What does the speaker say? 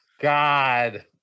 God